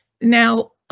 Now